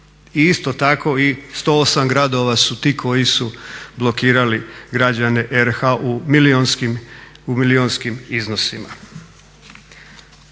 isto tako 108 gradova su ti koji su blokirali građane RH u milijunskim iznosima.